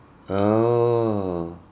oh